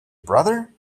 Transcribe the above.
brother